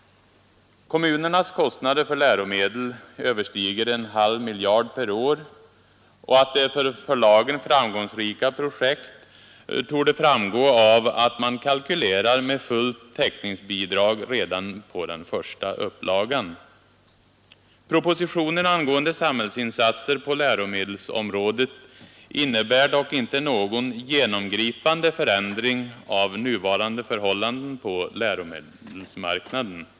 Kommunernas kostnader för läromedel överstiger en halv miljard per år. Att det är för förlagen framgångsrika projekt torde framgå av att man kalkylerar med fullt täckningsbidrag redan på den första upplagan. Propositionen angående samhällsinsatser på läromedelsområdet innebär dock inte någon genomgripande förändring av nuvarande förhållanden på läromedelsmarknaden.